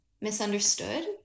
misunderstood